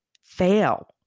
fail